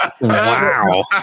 Wow